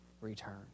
return